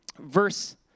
verse